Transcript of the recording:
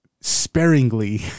sparingly